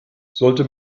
sollte